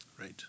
Right